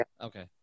Okay